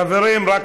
חברים, רק